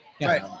right